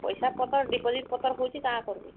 ପଇସା ପତର ଡିପୋଜିଟ୍ ପତର ହେଉଛି କାଣା କରିବି